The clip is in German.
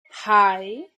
hei